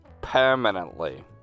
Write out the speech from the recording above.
Permanently